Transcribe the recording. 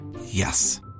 Yes